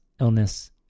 illness